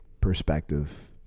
perspective